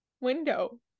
window